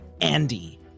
Andy